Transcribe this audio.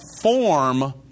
form